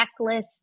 checklist